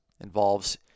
involves